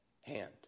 hand